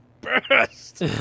best